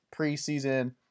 preseason